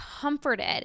comforted